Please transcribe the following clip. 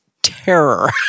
Terror